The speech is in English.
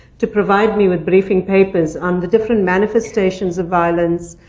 to provide me with briefing papers on the different manifestations of violence,